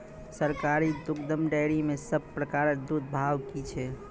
सरकारी दुग्धक डेयरी मे सब प्रकारक दूधक भाव की छै?